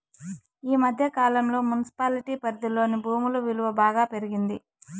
ఈ మధ్య కాలంలో మున్సిపాలిటీ పరిధిలోని భూముల విలువ బాగా పెరిగింది